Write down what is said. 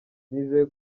nizeye